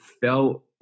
felt